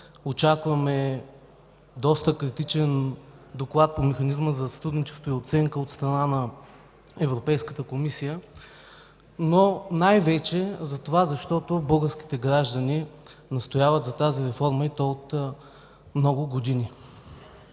очакваме доста критичен доклад по Механизма за сътрудничество и оценка от страна на Европейската комисия, но най-вече защото българските граждани настояват за нея, и то от много години.